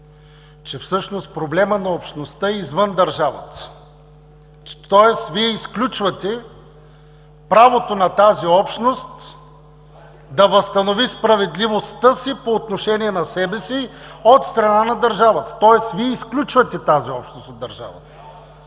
че всъщност проблемът на общността е извън държавата!? Тоест Вие изключвате правото на тази общност да възстанови справедливостта си по отношение на себе си от страна на държавата? Тоест Вие изключвате тази общност от държавата?